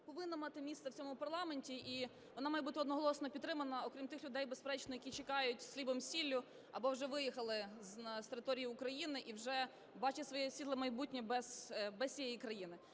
повинна мати місце в цьому парламенті і вона має бути одноголосно підтримана, окрім тих людей, безперечно, які чекають з хлібом, з сіллю або вже виїхали з території України і вже бачать своє світле майбутнє без цієї крани.